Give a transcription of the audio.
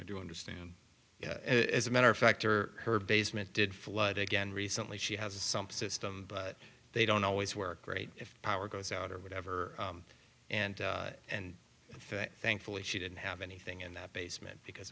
i do understand as a matter of fact or her basement did flood again recently she has a sump system but they don't always work great if power goes out or whatever and and thankfully she didn't have anything in that basement because